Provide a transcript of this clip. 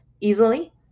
easily